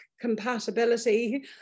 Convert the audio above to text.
compatibility